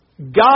God